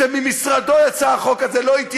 שממשרדו יצא החוק הזה.